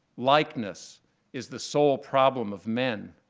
likeness is the sole problem of men.